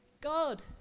God